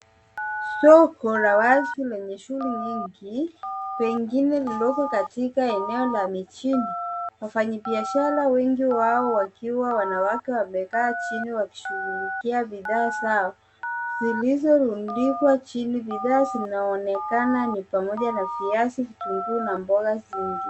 Soko la wazi lenye shughuli nyingi, pengine lililoko katika eneo la mijini. Wafanyabiashara, wengi wao wakiwa wanawake wamekaa chini wakishughulikia bidhaa zao zilizorundikwa chini. Bidhaa zinaonekana ni pamoja na viazi, vitunguu na mboga zingine.